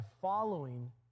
following